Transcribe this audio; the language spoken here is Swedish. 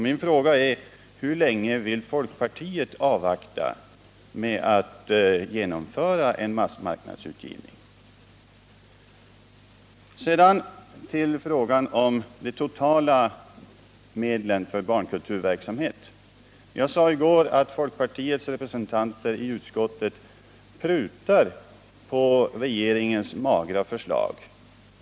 Min fråga blir: Hur länge vill folkpartiet vänta med att genomföra en massmarknadsutgivning? Sedan till frågan om de sammanlagda medlen för barnkulturverksamhet. Jag sade i går att folkpartiets representanter i utskottet prutar på regeringens magra förslag.